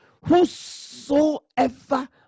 whosoever